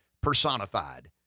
personified